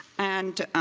and